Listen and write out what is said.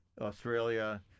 Australia